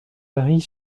varient